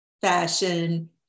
fashion